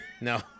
No